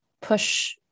push